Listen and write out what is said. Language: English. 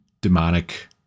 demonic